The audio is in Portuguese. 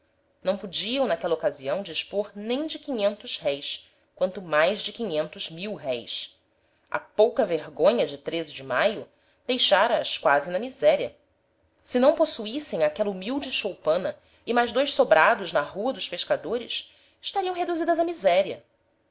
não podiam naquela ocasião dispor nem de quinhentos réis quanto mais de quinhentos mil-réis a pouca vergonha de de maio deixara as quase na miséria se possuíssem aquela humilde choupana e mais dois sobrados na rua dos pescadores estariam reduzidas a miséria